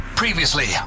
Previously